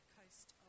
coast